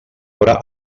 obra